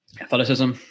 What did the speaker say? Athleticism